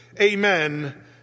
amen